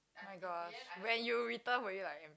oh-my-gosh when you return were you like